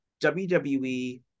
wwe